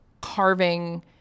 carving